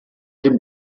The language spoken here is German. dem